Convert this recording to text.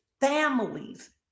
families